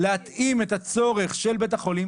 להתאים את הצורך של בית החולים.